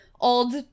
Old